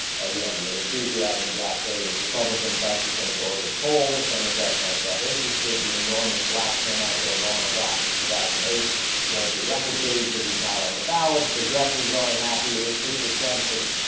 again the enthusiasm gap favors republicans that so is going to go to the polls democrats aren't that interested the enormous black turnout that obama gotten two thousand they'd won't be replicated cause he's not on the ballot progresses aren't happy there's just a sense of